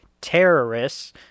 terrorists